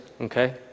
okay